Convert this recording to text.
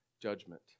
judgment